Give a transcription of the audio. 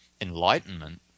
enlightenment